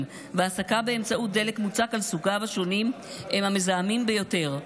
והסקה באמצעות דלק מוצק על סוגיו השונים הם המזהמים ביותר,